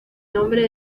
nombre